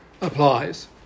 applies